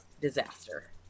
disaster